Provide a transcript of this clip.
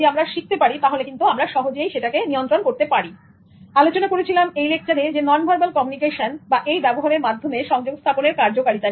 আমি আলোচনা করেছিলাম এই লেকচারে নন ভার্বাল কমিউনিকেশন বা এই ব্যবহারের মাধ্যমে সংযোগ স্থাপনের কার্যকারিতা নিয়ে